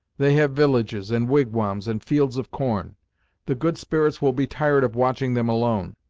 they have villages, and wigwams, and fields of corn the good spirits will be tired of watching them alone.